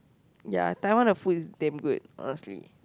ya Taiwan the food is damn good honestly